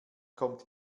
kommt